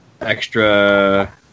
Extra